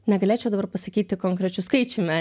negalėčiau dabar pasakyti konkrečiu skaičiumi